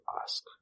ask